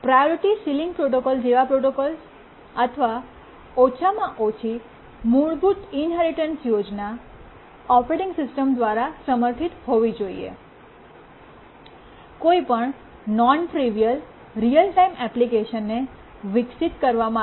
priority ceiling protocol જેવા protocols અથવા ઓછામાં ઓછી મૂળભૂત ઇન્હેરિટન્સ યોજના ઓપરેટિંગ સિસ્ટમ દ્વારા સમર્થિત હોવી જોઈએ કોઈપણ નોન ટ્રિવિઅલ રીઅલ ટાઇમ એપ્લિકેશનને વિકસિત કરવા માટે